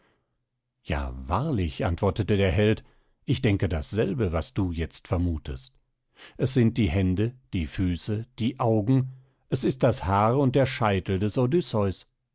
ja wahrlich antwortete der held ich denke dasselbe was du jetzt vermutest es sind die hände die füße die augen es ist das haar und der scheitel des odysseus